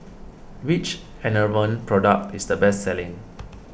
which Enervon product is the best selling